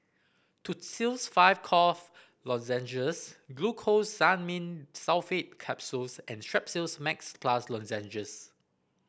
Tussils five Cough Lozenges Glucosamine Sulfate Capsules and Strepsils Max Plus Lozenges